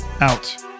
out